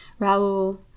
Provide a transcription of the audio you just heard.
Raul